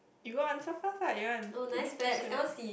you go on start first lah you want to do this question